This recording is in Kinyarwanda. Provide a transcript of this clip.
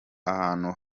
ahantu